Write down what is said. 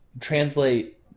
translate